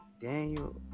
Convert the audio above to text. Daniel